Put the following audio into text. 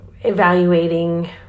evaluating